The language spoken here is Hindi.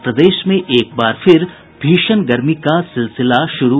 और प्रदेश में एक बार फिर भीषण गर्मी का सिलसिला शुरू